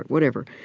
whatever